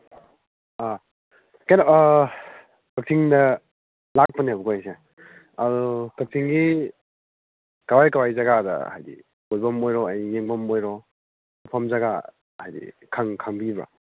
ꯑꯥ ꯀꯩꯅꯣ ꯀꯛꯆꯤꯡꯗ ꯂꯥꯛꯄꯅꯦꯕꯀꯣ ꯑꯩꯁꯦ ꯑꯗꯨ ꯀꯛꯆꯤꯡꯒꯤ ꯀꯋꯥꯏ ꯀꯋꯥꯏ ꯖꯒꯥꯗ ꯍꯥꯏꯗꯤ ꯀꯣꯏꯕꯝ ꯑꯣꯏꯔꯣ ꯌꯦꯡꯕꯝ ꯑꯣꯏꯔꯣ ꯃꯐꯝ ꯖꯒꯥ ꯍꯥꯏꯗꯤ ꯈꯪꯕꯤꯕ꯭ꯔꯥ